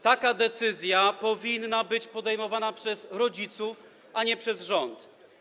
Taka decyzja powinna być podejmowana przez rodziców, a nie przez rząd.